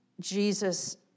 Jesus